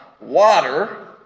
water